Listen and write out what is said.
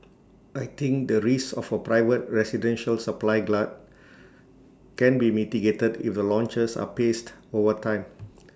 I think the risk of A private residential supply glut can be mitigated if the launches are paced over time